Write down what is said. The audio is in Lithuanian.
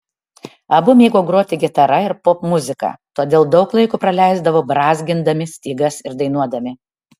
abu mėgo groti gitara ir popmuziką todėl daug laiko praleisdavo brązgindami stygas ir dainuodami